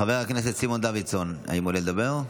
חבר הכנסת סימון דוידסון, האם הוא עולה לדבר?